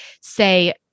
say